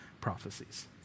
prophecies